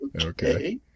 Okay